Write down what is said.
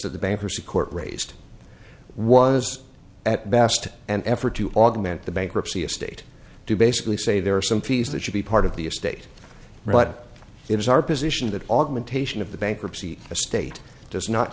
of the bankruptcy court raised was at best an effort to augment the bankruptcy estate to basically say there are some fees that should be part of the estate but it is our position that augmentation of the bankruptcy of state does not